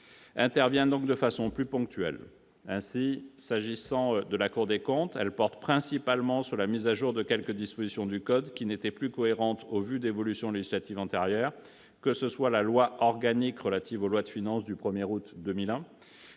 intervient donc de façon plus ponctuelle. Ainsi, s'agissant de la Cour des comptes, elle porte principalement sur la mise à jour de quelques dispositions du code qui n'étaient plus cohérentes au vu d'évolutions législatives antérieures, que ce soit la loi organique du 1 août 2001 relative aux lois de finances, qui a